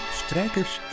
strijkers